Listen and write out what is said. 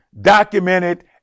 documented